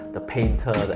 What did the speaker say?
the painter, the